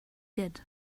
did